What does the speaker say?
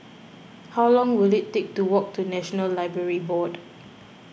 how long will it take to walk to National Library Board